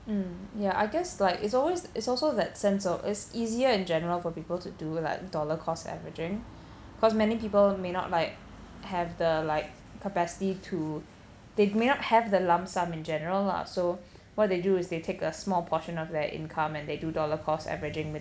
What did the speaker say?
mm yeah I guess like it's always it's also that sense of it's easier in general for people to do like dollar cost averaging because many people may not like have the like capacity to they may not have the lump sum in general lah so what they do is they take a small portion of their income and they do dollar cost averaging